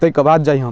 तै कऽ बाद जैहा